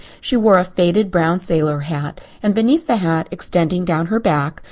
she wore a faded brown sailor hat and beneath the hat, extending down her back,